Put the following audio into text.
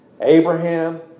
Abraham